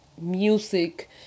music